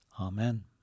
Amen